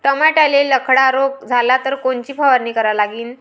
टमाट्याले लखड्या रोग झाला तर कोनची फवारणी करा लागीन?